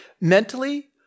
Mentally